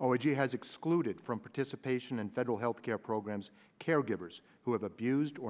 already has excluded from participation in federal healthcare programs caregivers who have abused or